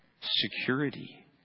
Security